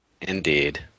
Indeed